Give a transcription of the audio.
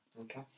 Okay